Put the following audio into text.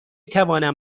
توانم